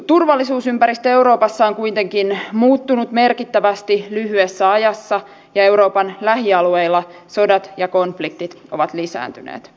turvallisuusympäristö euroopassa on kuitenkin muuttunut merkittävästi lyhyessä ajassa ja euroopan lähialueilla sodat ja konfliktit ovat lisääntyneet